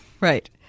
Right